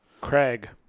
Craig